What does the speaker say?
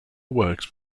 works